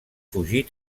fugir